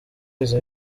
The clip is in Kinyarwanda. izi